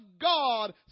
God